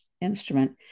instrument